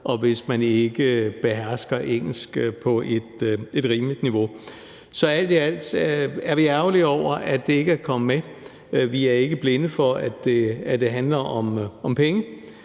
og hvis man ikke behersker engelsk på et rimeligt niveau. Så alt i alt er vi ærgerlige over, at det ikke er kommet med. Vi er ikke blinde for, at det handler om penge.